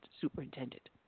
superintendent